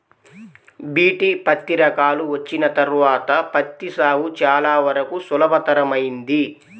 BT పత్తి రకాలు వచ్చిన తర్వాత పత్తి సాగు చాలా వరకు సులభతరమైంది